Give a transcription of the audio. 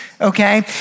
okay